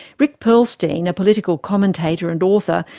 rick perlstein, a political commentator and author,